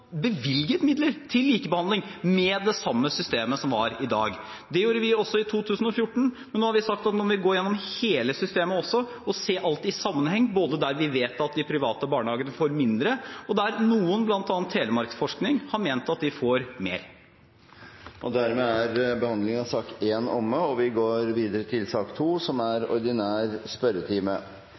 bevilget midler til likebehandling med det samme systemet som er i dag. Det gjorde vi også i 2014. Men nå har vi sagt at vi vil gå gjennom hele systemet og se alt i sammenheng, både der vi vet at de private barnehagene får mindre, og der noen, bl.a. Telemarksforsking, har ment at de får mer. Den muntlige spørretimen er